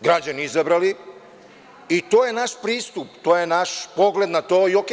građani izabrali, i to je naš pristup, to je naš pogled na to i to je ok.